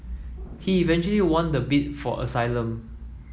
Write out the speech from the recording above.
he eventually won the bid for asylum